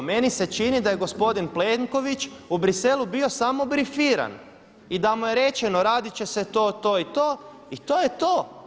Meni se čini da je gospodin Plenković u Bruxellesu bio samo brifiran i da mu je rečeno radit će se to, to i to i to je to.